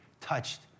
touched